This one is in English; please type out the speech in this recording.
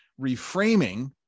reframing